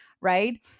right